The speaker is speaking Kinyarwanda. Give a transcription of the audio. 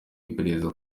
iperereza